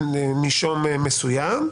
בנישום מסוים,